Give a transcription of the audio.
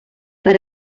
per